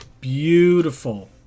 beautiful